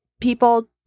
people